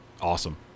Awesome